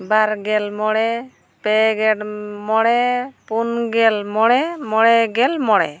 ᱵᱟᱨᱜᱮᱞ ᱢᱚᱬᱮ ᱯᱮᱜᱮᱞ ᱢᱚᱬᱮ ᱯᱩᱱ ᱜᱮᱞ ᱢᱚᱬᱮ ᱢᱚᱬᱮ ᱜᱮᱞ ᱢᱚᱬᱮ